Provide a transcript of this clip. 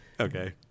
okay